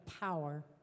power